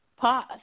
pause